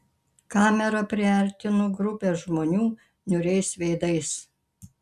kamera priartino grupę žmonių niūriais veidais